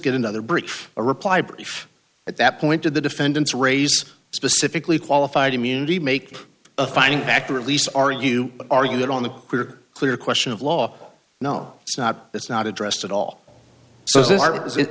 get another break for a reply brief at that point to the defendant's raise specifically qualified immunity make a finding back to release are you argued on the clear clear question of law no it's not it's not addressed at all